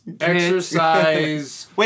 exercise